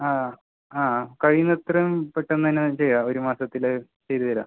ആ ആ കഴിയുന്നത്രയും പെട്ടെന്ന് തന്നെ അത് ചെയ്യാം ഒരു മാസത്തിൽ ചെയ്ത് തരാം